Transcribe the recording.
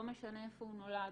לא משנה איפה הוא נולד,